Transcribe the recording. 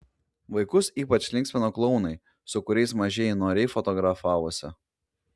vaikus ypač linksmino klounai su kuriais mažieji noriai fotografavosi